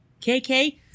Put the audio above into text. KK